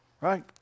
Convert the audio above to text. Right